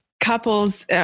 couples